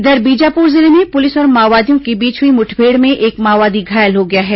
इधर बीजापुर जिले में पुलिस और माओवादियों के बीच हुई मुठमेड़ में एक माओवादी घायल हो गया है